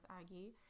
Aggie